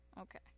Okay